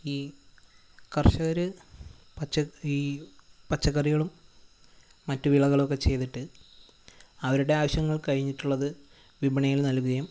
ഈ കർഷകർ പച്ച ഈ പച്ചക്കറികളും മറ്റു വിളകളും ഒക്കെ ചെയ്തിട്ട് അവരുടെ ആവശ്യങ്ങൾ കഴിഞ്ഞിട്ടുള്ളത് വിപണിയിൽ നൽകുകയും